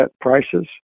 prices